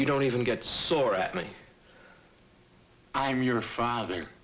you don't even get sore at me i'm your father